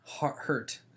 hurt